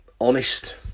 honest